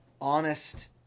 honest